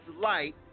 light